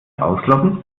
ausloggen